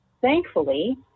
thankfully